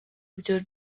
byo